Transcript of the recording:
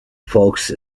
fox